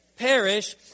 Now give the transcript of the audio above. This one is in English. perish